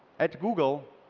at google,